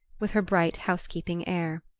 with her bright housekeeping air.